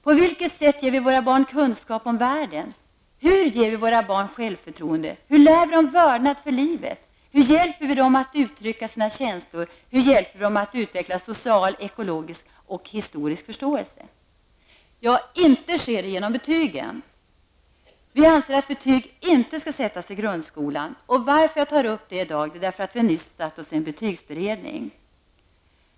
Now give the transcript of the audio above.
På vilket sätt ger vi våra barn kunskap om världen? Hur ger vi våra barn självförtroende? Hur lär vi dem vördnad för livet? Hur hjälper vi dem att uttrycka sina känslor? Hur hjälper vi dem att utveckla social, ekologisk och historisk förståelse? Ja, inte sker det genom betygen. Vi anser att betyg inte skall sättas i grundskolan. Jag tar upp detta i dag eftersom vi just satt oss ned i en betygsberedning.